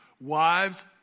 wives